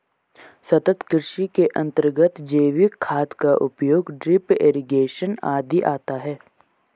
सतत् कृषि के अंतर्गत जैविक खाद का उपयोग, ड्रिप इरिगेशन आदि आता है